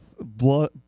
blood